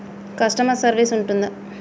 Customer service ఉంటుందా?